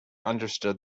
understood